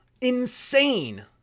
Insane